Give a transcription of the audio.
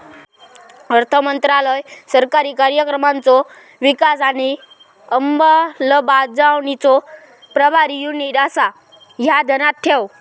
अर्थमंत्रालय सरकारी कार्यक्रमांचो विकास आणि अंमलबजावणीचा प्रभारी युनिट आसा, ह्या ध्यानात ठेव